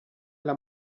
alla